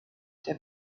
der